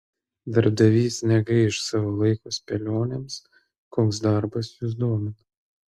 darbdavys negaiš savo laiko spėlionėms koks darbas jus domina